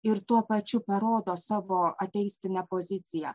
ir tuo pačiu parodo savo ateistinę poziciją